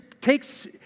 takes